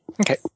Okay